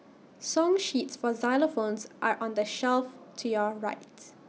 song sheets for xylophones are on the shelf to your rights